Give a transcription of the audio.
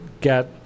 get